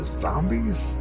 Zombies